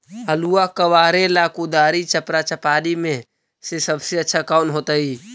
आलुआ कबारेला कुदारी, चपरा, चपारी में से सबसे अच्छा कौन होतई?